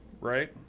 right